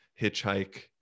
hitchhike